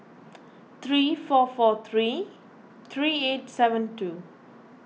three four four three three eight seven two